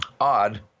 odd –